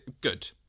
good